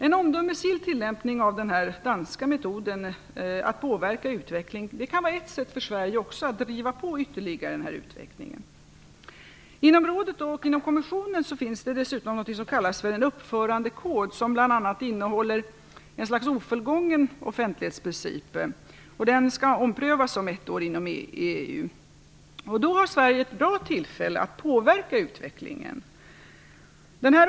En omdömesgill tillämpning av den danska metoden att påverka utvecklingen kan vara ett sätt för Sverige att ytterligare driva på utvecklingen. Inom rådet och inom kommissionen finns det dessutom någonting som kallas för en uppförandekod, som bl.a. innehåller ett slags ofullgången offentlighetsprincip. Den skall omprövas om ett år inom EU, och då har Sverige ett bra tillfälle att påverka utvecklingen.